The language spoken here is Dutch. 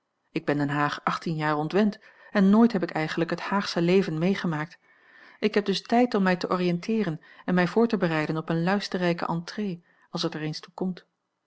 ik ben den haag achttien jaar ontwend en nooit heb ik eigenlijk het haagsche leven meegemaakt ik heb dus tijd om mij te oriënteeren en mij voor te bereiden op eene luisterrijke entrée als het er eens toe komt